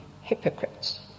hypocrites